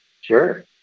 Sure